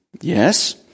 yes